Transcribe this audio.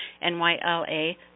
N-Y-L-A